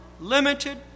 limited